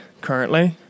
currently